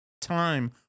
time